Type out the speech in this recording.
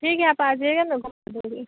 ठीक है आप आ जाइए न घुमा देंगे